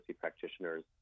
practitioners